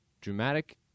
dramatic